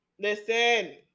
listen